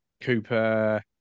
Cooper